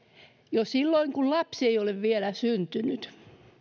jo silloin kun lapsi ei ole vielä syntynyt